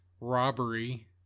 robbery